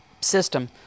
system